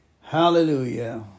Hallelujah